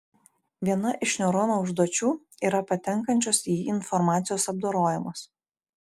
viena iš neurono užduočių yra patenkančios į jį informacijos apdorojimas